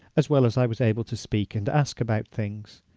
as well as i was able to speak and ask about things.